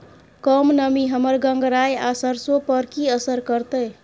कम नमी हमर गंगराय आ सरसो पर की असर करतै?